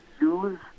use